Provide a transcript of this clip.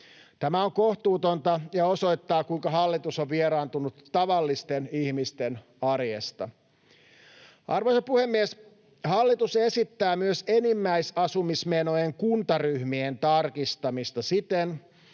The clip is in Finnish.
Tämä on kohtuutonta ja osoittaa, kuinka hallitus on vieraantunut tavallisten ihmisten arjesta. Arvoisa puhemies! Hallitus esittää myös enimmäisasumismenojen kuntaryhmien tarkistamista siten,